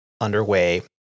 underway